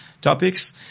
topics